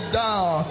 down